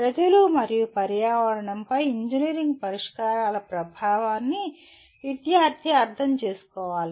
ప్రజలు మరియు పర్యావరణంపై ఇంజనీరింగ్ పరిష్కారాల ప్రభావాన్ని విద్యార్థి అర్థం చేసుకోవాలి